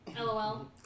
lol